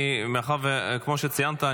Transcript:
וכמו שציינת,